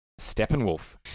Steppenwolf